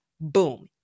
Boom